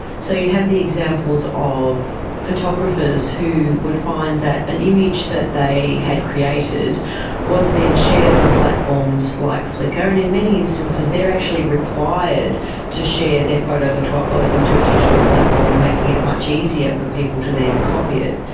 so you have the examples of photographers who would find that an image that they had created was then shared on platforms like flickr, and in many instances they are actually required to share their photos or to upload them to a digital platform, making it much easier for people to then copy it.